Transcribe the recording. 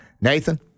Nathan